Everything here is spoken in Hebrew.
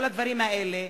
כל הדברים האלה,